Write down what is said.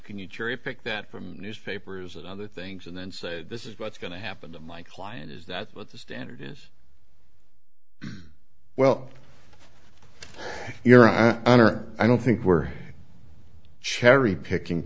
can you cherry pick that from newspapers and other things and then say this is what's going to happen to my client is that what the standard is well your honor i don't think we're cherry picking